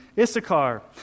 Issachar